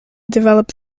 develop